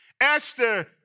Esther